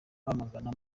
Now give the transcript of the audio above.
bamagana